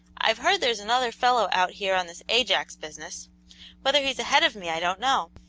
i've heard there's another fellow out here on this ajax business whether he's ahead of me i don't know.